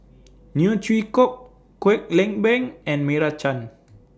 Neo Chwee Kok Kwek Leng Beng and Meira Chand